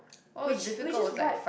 which which is what